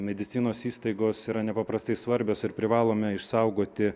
medicinos įstaigos yra nepaprastai svarbios ir privalome išsaugoti